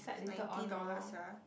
ninety dollar sia